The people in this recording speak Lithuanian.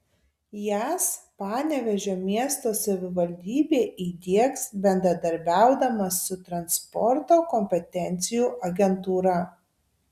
jas panevėžio miesto savivaldybė įdiegs bendradarbiaudama su transporto kompetencijų agentūra